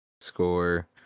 score